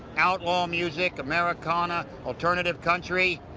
outlaw music, americana, alternative country.